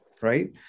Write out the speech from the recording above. right